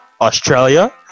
Australia